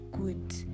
good